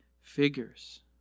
figures